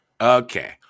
Okay